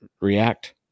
react